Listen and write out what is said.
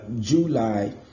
July